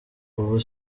ubu